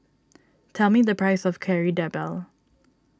tell me the price of Kari Debal